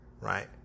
Right